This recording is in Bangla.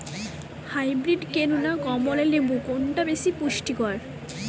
হাইব্রীড কেনু না কমলা লেবু কোনটি বেশি পুষ্টিকর?